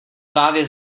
právě